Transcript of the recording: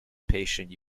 patient